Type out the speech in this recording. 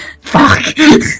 Fuck